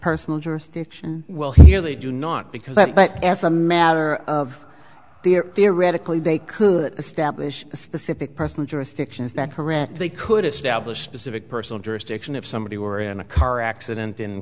personal jurisdiction well here they do not because that but as a matter of the theoretically they could establish a specific person jurisdictions that correct they could establish pacific personal jurisdiction if somebody were in a car accident in